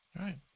Right